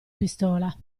pistola